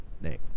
name